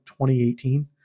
2018